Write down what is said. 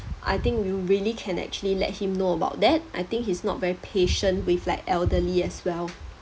I think you really can actually let him know about that I think he's not very patient with like elderly as well